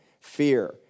fear